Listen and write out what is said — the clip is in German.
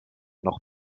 noch